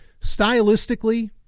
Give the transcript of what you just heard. stylistically